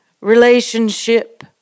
relationship